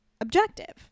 objective